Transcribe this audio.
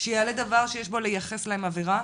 שיעלה דבר שיש בו לייחס להם עבירה,